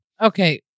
Okay